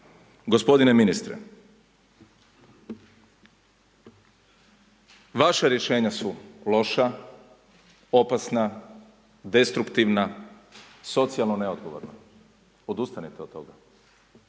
Gospodine ministre, vaša rješenja su loša, opasna, destruktivna, socijalno neodgovorna. Odustanite od toga.